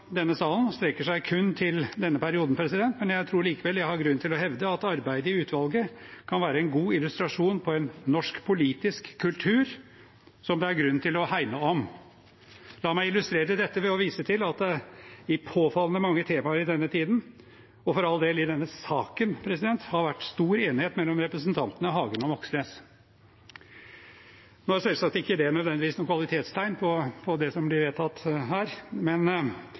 denne salen strekker seg kun til denne perioden, men jeg tror likevel jeg har grunn til å hevde at arbeidet i utvalget kan være en god illustrasjon på en norsk politisk kultur som det er grunn til å hegne om. La meg illustrere dette ved å vise til at det i påfallende mange temaer i denne tiden – og for all del i denne saken – har vært stor enighet mellom representantene Hagen og Moxnes. Nå er selvsagt ikke det nødvendigvis noe kvalitetstegn på det som blir vedtatt.